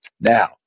Now